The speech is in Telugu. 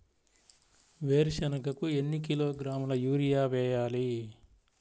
వేరుశనగకు ఎన్ని కిలోగ్రాముల యూరియా వేయాలి?